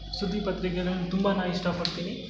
ಸುದ್ದಿ ಪತ್ರಿಕೆಗಳನ್ನು ತುಂಬ ನಾ ಇಷ್ಟಪಡ್ತೀನಿ